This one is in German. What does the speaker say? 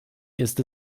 ist